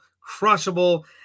crushable